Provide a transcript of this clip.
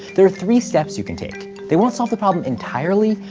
there are three steps you can take, they won't solve the problem entirely,